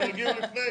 ולהגיע לפני